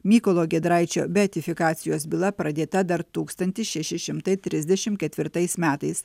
mykolo giedraičio beatifikacijos byla pradėta dar tūkstantis šeši šimtai trisdešimt ketvirtais metais